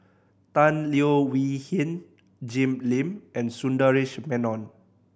Tan Leo Wee Hin Jim Lim and Sundaresh Menon